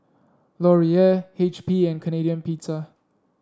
Laurier H P and Canadian Pizza